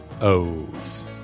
O's